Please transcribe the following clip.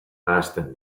nahasten